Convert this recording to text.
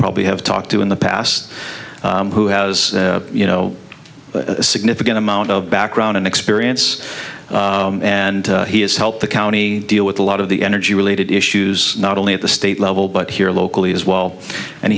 probably have talked to in the past who has you know a significant amount of background and experience and he has helped the county deal with a lot of the energy related issues not only at the state level but here locally as well and